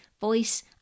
voice